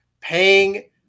paying